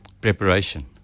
Preparation